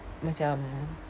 macam